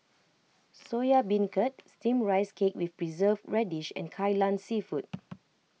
Soya Beancurd Steamed Rice Cake with Preserved Radish and Kai Lan Seafood